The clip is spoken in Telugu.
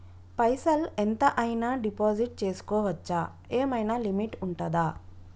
పైసల్ ఎంత అయినా డిపాజిట్ చేస్కోవచ్చా? ఏమైనా లిమిట్ ఉంటదా?